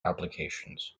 applications